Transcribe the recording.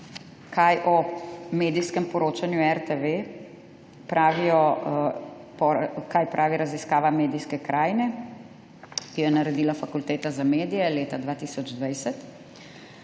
kaj o medijskem poročanju RTV pravi raziskava medijske krajine, ki jo je naredila Fakulteta za medije leta 2020.